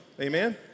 Amen